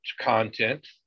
content